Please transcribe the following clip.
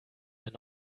ein